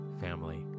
family